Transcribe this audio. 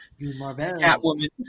Catwoman